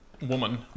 woman